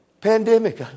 pandemic